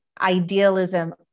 idealism